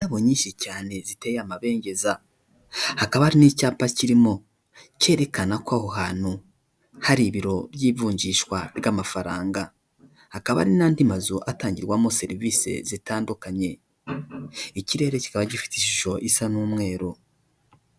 Indabo nyinshi nyinshi cyane ziteye amabengeza, hakaba hari n'icyapa kirimo cyerekana ko aho hantu hari ibiro by'ivunjishwa ry'amafaranga, hakaba hari n'andi mazu atangirwamo serivisi zitandukanye, ikirere kikaba gifite ishusho isa n'umweru.